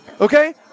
okay